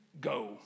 go